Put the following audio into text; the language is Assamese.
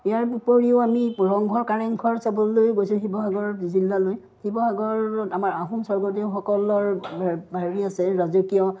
ইয়াৰ উপৰিও আমি ৰংঘৰ কাৰেংঘৰ চাবলৈ গৈছোঁ শিৱসাগৰ জিলালৈ শিৱসাগৰত আমাৰ আহোম স্বৰ্গদেউসকলৰ হেৰি আছে ৰাজকীয়